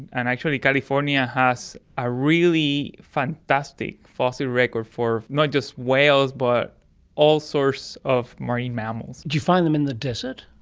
and actually california has a really fantastic fossil record for not just whales but all sorts of marine mammals. do you find them in the desert?